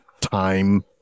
time